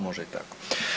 Može i tako.